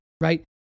right